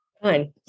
fine